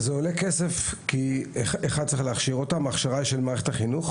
זה עולה כסף כי צריך להכשיר אותם בתוך מערכת החינוך.